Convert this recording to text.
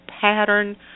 pattern